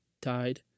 died